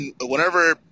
Whenever